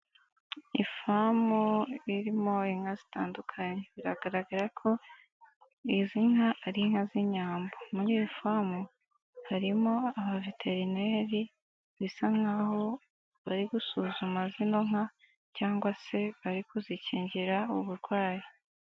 Ifamu ririmo inka zitandukanye biragaragara ko izi nka ari inka z'inyambo, muri iyo fam uharimo abaveterineri bisa nkaho bari gusuzuma zino nka cyangwa se bari kuzikingira uburwayi.